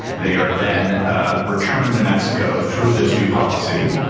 they are then ah returned to mexico through this new policy,